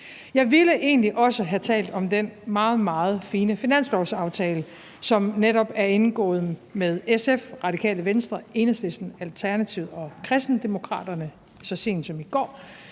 Jeg ville egentlig også have talt om den meget, meget fine finanslovsaftale, som netop er indgået med SF, Radikale Venstre, Enhedslisten, Alternativet og Kristendemokraterne så sent som i går.